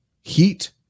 heat